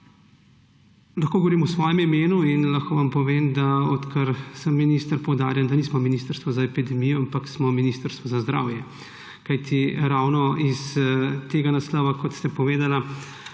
Lahko govorim v svojem imenu in lahko vam povem, da odkar sem minister, poudarjam, da nismo ministrstvo za epidemijo, ampak smo ministrstvo za zdravje, ravno iz tega naslova, kot ste povedali,